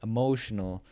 Emotional